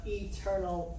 eternal